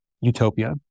utopia